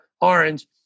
orange